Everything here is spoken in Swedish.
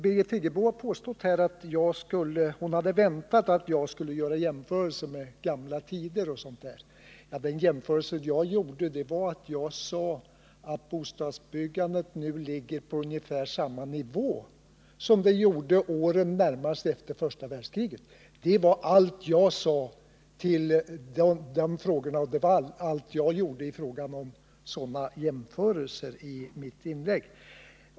Birgit Friggebo sade att hon hade väntat att jag skulle göra jämförelser med gamla tider. Den jämförelse jag gjorde var att jag sade att bostadsbyggandet nu ligger på ungefär samma nivå som det gjorde åren närmast efter första världskriget. Det var allt jag sade om de frågorna. Det var den enda jämförelse jag gjorde i mitt inlägg.